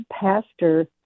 pastor